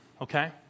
okay